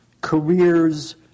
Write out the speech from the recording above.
careers